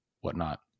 whatnot